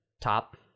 top